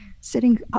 sitting